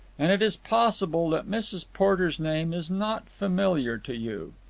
and it is possible that mrs. porter's name is not familiar to you.